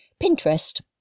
Pinterest